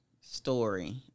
story